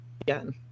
again